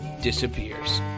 disappears